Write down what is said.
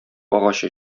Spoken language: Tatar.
агачы